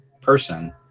person